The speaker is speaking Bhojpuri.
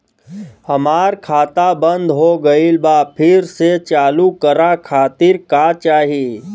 हमार खाता बंद हो गइल बा फिर से चालू करा खातिर का चाही?